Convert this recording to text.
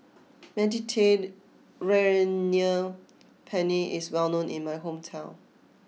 Mediterranean Penne is well known in my hometown